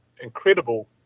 incredible